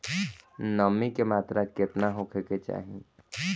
नमी के मात्रा केतना होखे के चाही?